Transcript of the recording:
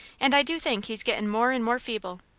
and i do think he's gettin' more and more feeble.